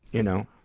you know.